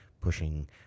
pushing